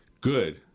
good